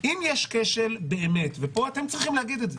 אם יש כשל ופה אתם צריכים להגיד את זה.